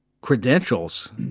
credentials